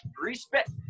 respect